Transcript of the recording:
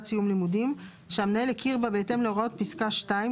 סיום לימודים) שהמנהל הכיר בה בהתאם להוראות פסקה (2),